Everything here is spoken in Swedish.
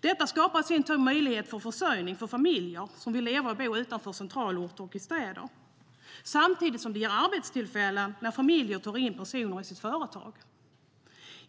Detta skapar i sin tur möjligheter till försörjning för familjer som vill leva och bo utanför centralorter och i städer samtidigt som det ger fler arbetstillfällen när familjer tar in personer i sitt företag.